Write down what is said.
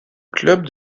club